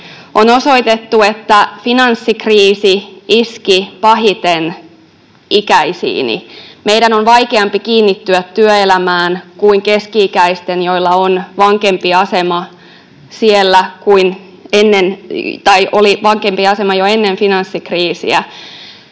On osoitettu, että finanssikriisi iski pahiten ikäisiini. Meidän on vaikeampi kiinnittyä työelämään kuin keski-ikäisten, joilla oli vankempi asema siellä jo ennen finanssikriisiä.